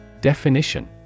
Definition